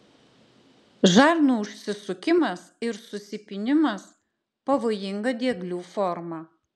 žarnų užsisukimas ir susipynimas pavojinga dieglių forma